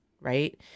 right